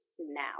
now